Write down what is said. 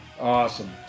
Awesome